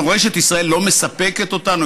מורשת ישראל לא מספקת אותנו?